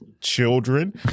Children